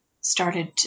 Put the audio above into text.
started